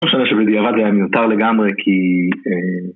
לא משנה שבדיעבד היה מיותר לגמרי כי... אה...